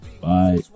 Bye